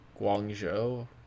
Guangzhou